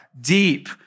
deep